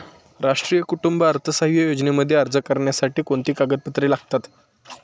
राष्ट्रीय कुटुंब अर्थसहाय्य योजनेमध्ये अर्ज करण्यासाठी कोणती कागदपत्रे लागतात?